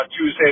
Tuesday